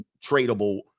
tradable